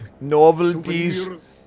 Novelties